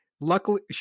Luckily